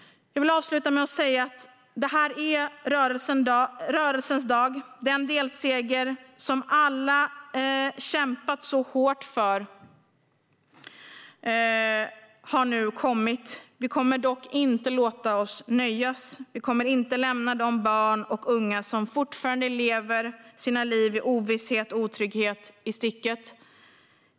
Jag vill avsluta med att säga att detta är rörelsens dag. Den delseger som alla har kämpat så hårt för har nu kommit. Vi kommer dock inte att låta oss nöjas. Vi kommer inte lämna de barn och unga som fortfarande lever sina liv i ovisshet och otrygghet i sticket.